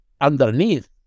underneath